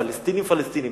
פלסטינים, פלסטינים.